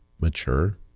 mature